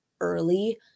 early